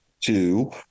two